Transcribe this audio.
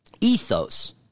ethos